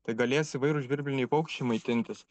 tai galės įvairūs žvirbliniai paukščiai maitintis